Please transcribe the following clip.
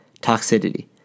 Toxicity